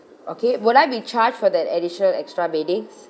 okay will I be charged for that additional extra beddings